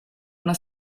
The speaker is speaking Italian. una